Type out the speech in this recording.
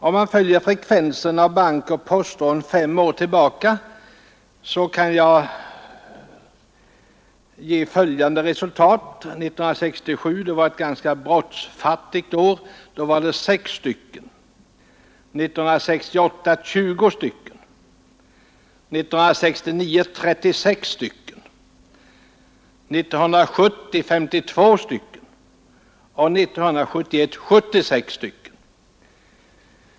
Om man följer frekvensen av bankoch postrån fem år tillbaka kommer man fram till följande siffror: År 1967 — det var ett ganska brottsfattigt år — 6 bankoch postrån, år 1968 20, år 1969 36, år 1970 52 och år 1971 76 rån.